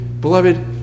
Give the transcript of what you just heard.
Beloved